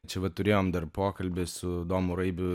čia va turėjom dar pokalbį su domu raibiu